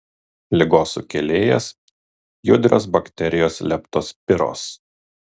ligos sukėlėjas judrios bakterijos leptospiros